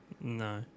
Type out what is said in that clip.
No